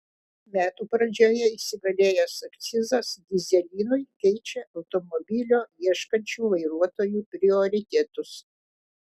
metų pradžioje įsigalėjęs akcizas dyzelinui keičia automobilio ieškančių vairuotojų prioritetus